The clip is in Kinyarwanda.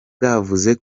bwavuze